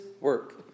work